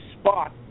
spot